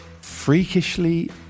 freakishly